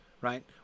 right